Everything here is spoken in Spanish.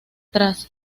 tras